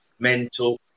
mental